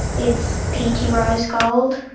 it's peachy rose gold.